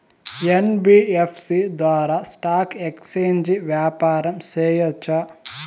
NBFC ద్వారా stock exchange వ్యాపారం సేయొచ్చా?